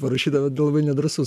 parašydavo labai nedrąsus